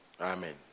Amen